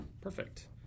Perfect